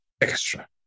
extra